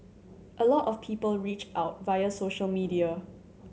a lot of people reach out via social media